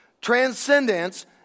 Transcendence